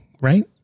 right